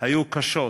היו קשות.